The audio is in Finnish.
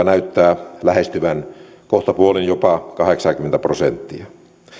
näyttää lähestyvän kohtapuoliin jopa kahdeksaakymmentä prosenttia